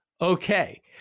Okay